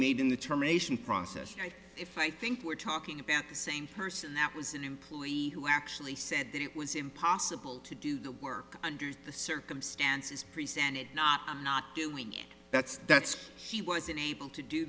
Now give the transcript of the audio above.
made in the termination process if i think we're talking about the same person that was an employee who actually said that it was impossible to do the work under the circumstances presented not not doing it that's that's he was unable to do